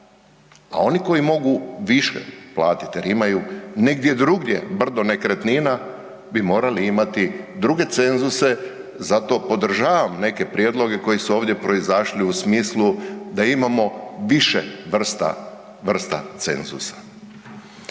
a oni koji mogu više platit jer imaju negdje drugdje brdo nekretnina bi morali imati druge cenzuse. Zato podržavam neke prijedloge koji su ovdje proizašli u smislu da imamo više vrsta, vrsta cenzusa.